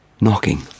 knocking